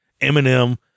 Eminem